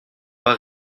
pas